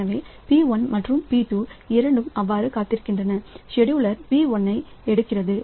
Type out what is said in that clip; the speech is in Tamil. எனவே P 1 மற்றும் P2 இரண்டும் அவ்வாறு காத்திருக்கின்றன செட்யூலர் P1 ஐ எடுக்கிறார்